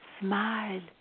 Smile